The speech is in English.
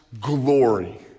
glory